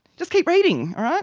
just keep reading, alright?